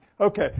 Okay